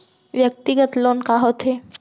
व्यक्तिगत लोन का होथे?